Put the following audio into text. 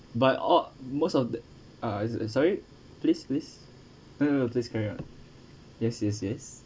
but all most of the uh sorry please please no no please carry on yes yes yes